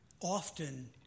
Often